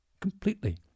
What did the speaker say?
Completely